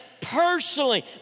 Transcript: personally